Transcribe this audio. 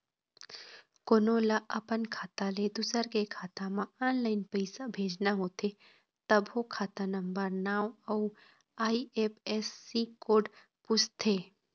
कोनो ल अपन खाता ले दूसर के खाता म ऑनलाईन पइसा भेजना होथे तभो खाता नंबर, नांव अउ आई.एफ.एस.सी कोड पूछथे